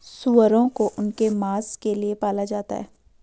सूअरों को उनके मांस के लिए पाला जाता है